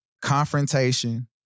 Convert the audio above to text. confrontation